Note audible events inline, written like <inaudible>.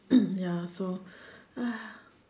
<coughs> ya so <noise>